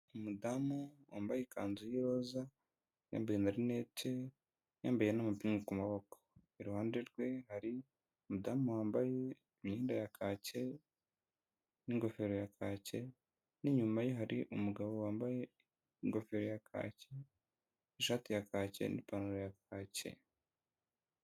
Umudamu wambaye ikanzu y'iroza, yambaye na rinete, yambaye n'amapingu ku maboko. Iruhande rwe hari umudamu wambaye imyenda ya kacye n'ingofero ya kacye n'inyuma ye hari umugabo wambaye ingofero ya kacye, ishati ya kacye n'ipantaro ya kacye.